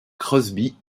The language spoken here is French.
crosby